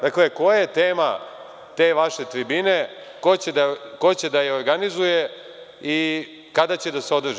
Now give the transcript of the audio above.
Dakle, koja je tema te vaše tribine, ko će da je organizuje i kada će da se održi?